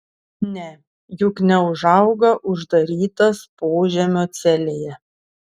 ne juk neūžauga uždarytas požemio celėje